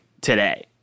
today